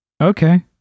okay